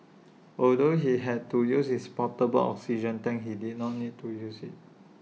although he had to use his portable oxygen tank he did not need to use IT